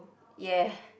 ya